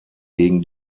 gegen